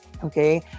okay